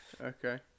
Okay